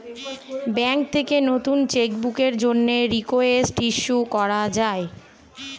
bank থেকে নতুন cheque বুকের জন্যে রিকোয়েস্ট ইস্যু করা যায়